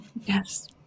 yes